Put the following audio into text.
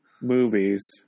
movies